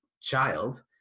child